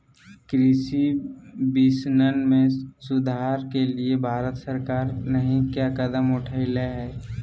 कृषि विपणन में सुधार के लिए भारत सरकार नहीं क्या कदम उठैले हैय?